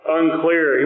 unclear